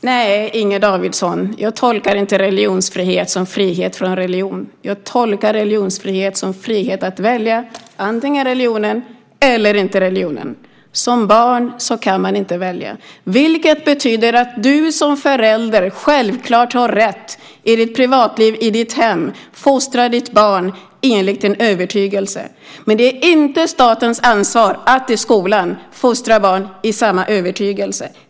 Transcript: Herr talman! Nej, Inger Davidson, jag tolkar inte religionsfrihet som frihet från religion. Jag tolkar religionsfrihet som frihet att välja antingen religionen eller inte religionen. Som barn kan man inte välja, vilket betyder att du som förälder självklart har rätt att i ditt privatliv, i ditt hem, fostra ditt barn enligt din övertygelse. Men det är inte statens ansvar att i skolan fostra barn i samma övertygelse.